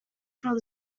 from